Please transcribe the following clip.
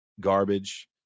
garbage